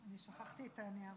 אני שכחתי את הנייר שלי.